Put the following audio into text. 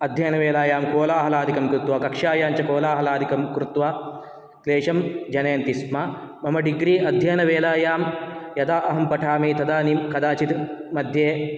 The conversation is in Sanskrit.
अध्ययनवेलायां कोलाहलादिकं कृत्वा कक्षायां च कोलाहलादिकं कृत्वा क्लेशं जनयन्ति स्म मम डिग्री अध्ययनवेलायां यदा अहं पठामि तदानीं कदाचित् मध्ये